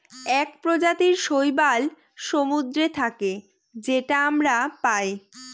এক প্রজাতির শৈবাল সমুদ্রে থাকে যেটা আমরা পায়